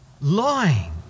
Lying